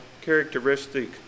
characteristic